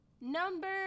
Number